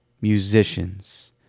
musicians